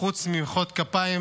וחוץ ממחיאות כפיים